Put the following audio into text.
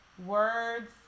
Words